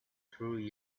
through